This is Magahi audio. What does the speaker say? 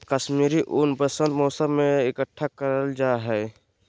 कश्मीरी ऊन वसंत मौसम में इकट्ठा करल जा हय